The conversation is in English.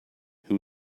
who